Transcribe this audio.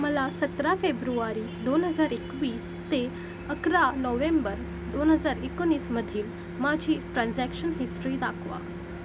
मला सतरा फेब्रुवारी दोन हजार एकवीस ते अकरा नोव्हेंबर दोन हजार एकोणीसमधील माझी ट्रान्झॅक्शन हिस्ट्री दाखवा